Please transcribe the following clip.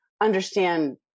understand